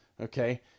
Okay